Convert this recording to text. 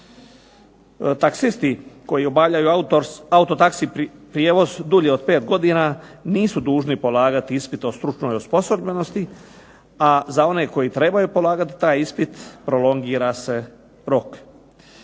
Taksisti koji obavljaju auto taxi prijevoz dulje od pet godina nisu dužni polagati ispit o stručnoj osposobljenosti a za one koji trebaju polagati taj ispit prolongira se rok.